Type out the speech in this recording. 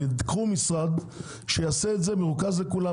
יקום משרד שיעשה את זה במרוכז לכולם,